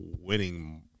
winning –